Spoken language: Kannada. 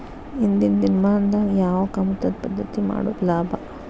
ಇಂದಿನ ದಿನಮಾನದಾಗ ಯಾವ ಕಮತದ ಪದ್ಧತಿ ಮಾಡುದ ಲಾಭ?